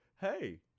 hey